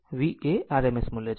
તો V એ RMS મૂલ્ય છે